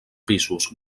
pisos